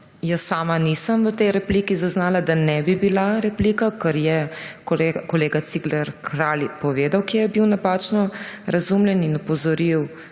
Jaz sama nisem v tej repliki zaznala, da ne bi bila replika, ker je kolega Cigler Kralj povedal, kje je bil napačno razumljen in opozoril